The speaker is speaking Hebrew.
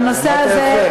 למדת יפה,